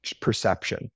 perception